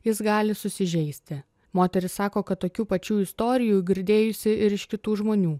jis gali susižeisti moteris sako kad tokių pačių istorijų girdėjusi ir iš kitų žmonių